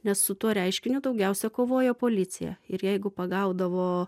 nes su tuo reiškiniu daugiausia kovojo policija ir jeigu pagaudavo